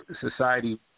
society